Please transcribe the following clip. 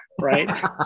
right